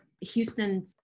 Houston